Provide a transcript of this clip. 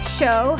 show